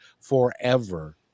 forever